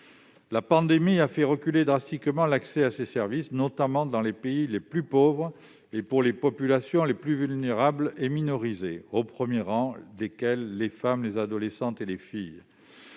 La pandémie a fait reculer radicalement l'accès à ces services, notamment dans les pays les plus pauvres et pour les populations les plus vulnérables et minorisées, au premier rang desquelles les femmes, les adolescentes et les filles.